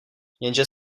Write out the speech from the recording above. jenže